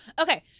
Okay